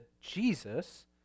Jesus